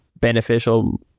beneficial